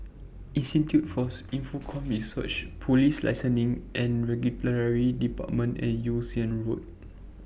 Institute For Infocomm Research Police Licensing and Regulatory department and Yew Siang Road